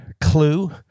clue